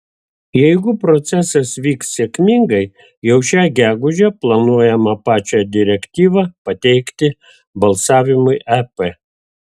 jeigu procesas vyks sėkmingai jau šią gegužę planuojama pačią direktyvą pateikti balsavimui ep